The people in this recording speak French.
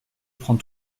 prends